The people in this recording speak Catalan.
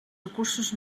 recursos